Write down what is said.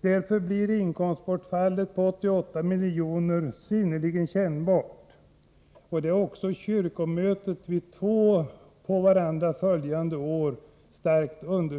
Därför blir inkomstbortfallet på 88 milj.kr. synnerligen kännbart. Detta har också enhälligt understrukits av två på varandra följande